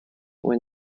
win